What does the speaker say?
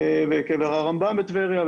והרמב"ם בטבריה,